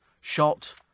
shot